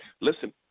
Listen